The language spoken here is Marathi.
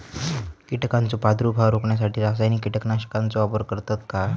कीटकांचो प्रादुर्भाव रोखण्यासाठी रासायनिक कीटकनाशकाचो वापर करतत काय?